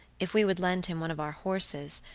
if we would lend him one of our horses,